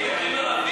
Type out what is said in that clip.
יש דוקרים ערבים.